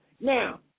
Now